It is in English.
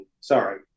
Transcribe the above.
Sorry